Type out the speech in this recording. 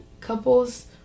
couples